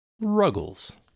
ruggles